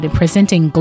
presenting